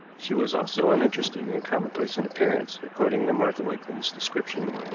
she was also uninteresting and commonplace in appearance, according to martha wakeling's description.